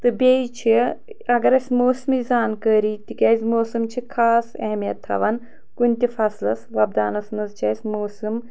تہٕ بیٚیہِ چھِ اَگر اَسہِ موسمی زانکٲری تِکیٛازِ موسَم چھُ خاص اہمیت تھاوان کُنہِ تہِ فَصلَس وۄپداونَس منٛز چھِ اَسہِ موسَم